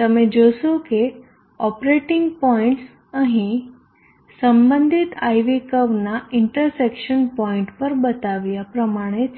તમે જોશો કે ઓપરેટિંગ પોઇન્ટ્સ અહીં સંબંધિત IV કર્વનાં ઇન્ટરસેક્શન પોઈન્ટ પર બતાવ્યા પ્રમાણે છે